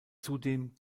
zudem